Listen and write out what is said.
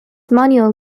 manuel